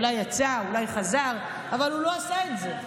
אולי יצא, אולי חזר, אבל הוא לא עשה את זה.